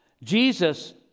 jesus